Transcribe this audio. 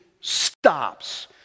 stops